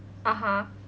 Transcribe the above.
(uh huh)